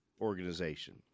organization